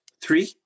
Three